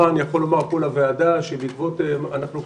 הפסקות